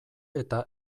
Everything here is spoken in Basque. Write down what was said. eta